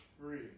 free